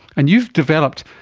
and you've developed